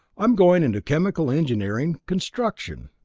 i'm going into chemical engineering construction.